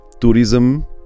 Tourism